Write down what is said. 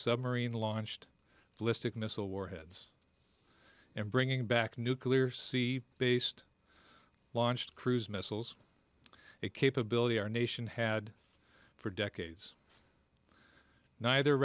submarine launched ballistic missile warheads and bringing back nuclear c based launched cruise missiles a capability our nation had for decades neither